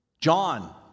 John